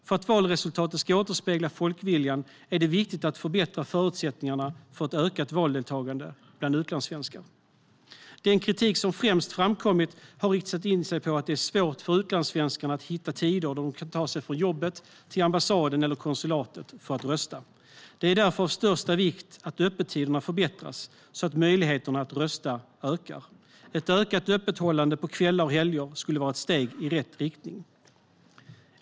För att valresultatet ska återspegla folkviljan är det viktigt att förbättra förutsättningarna för ett ökat valdeltagande bland utlandssvenskar. Den kritik som främst framkommit har riktat in sig på att det är svårt för utlandssvenskarna att hitta tider då de kan ta sig från jobbet till ambassaden eller konsulatet för att rösta. Det är därför av största vikt att öppettiderna förbättras, så att möjligheterna att rösta ökar. Ett ökat öppethållande på kvällar och helger skulle vara ett steg i rätt riktning.